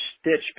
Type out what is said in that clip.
stitch